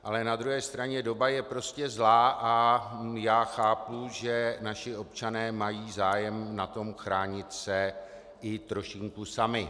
Ale na druhé straně doba je prostě zlá a já chápu, že naši občané mají zájem na tom chránit se i trošinku sami.